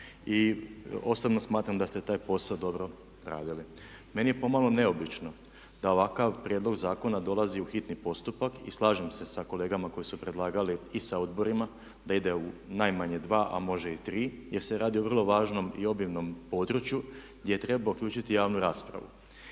I osobno smatram da ste taj posao dobro radili. Meni je pomalo neobično da ovakav prijedlog zakona dolazi u hitni postupak i slažem se sa kolegama koji su predlagali i sa odborima da ide u najmanje dva, a može i tri jer se radi o vrlo važnom i obimnom području gdje treba uključiti javnu raspravu.